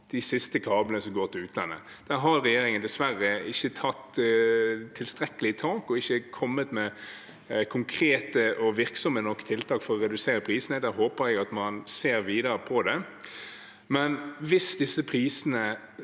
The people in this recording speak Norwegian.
de siste kablene som går til utlandet. Der har regjeringen dessverre ikke tatt tilstrekkelig tak og ikke kommet med konkrete og virksomme nok tiltak for å redusere prisene, og jeg håper at man vil se videre på det. Men hvis disse